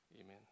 Amen